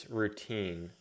routine